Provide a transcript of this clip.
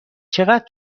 چقدر